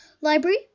library